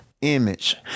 image